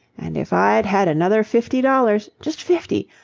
and if i'd had another fifty dollars. just fifty.